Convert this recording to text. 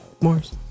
mars